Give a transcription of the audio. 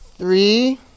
Three